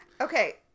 Okay